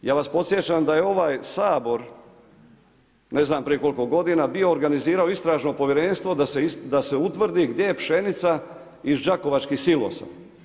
Ja vas podsjećam da je ovaj Sabor, ne znam prije koliko godina bio organizirao istražno povjerenstvo, da se utvrdi gdje je pšenica iz đakovačkih silosa.